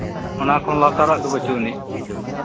ᱚᱱᱟ ᱠᱷᱚᱱ ᱞᱟᱛᱟᱨᱟᱜ ᱫᱚ ᱵᱟᱹᱪᱩᱜ ᱟᱹᱱᱤᱡ